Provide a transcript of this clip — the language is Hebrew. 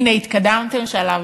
הנה התקדמתם שלב.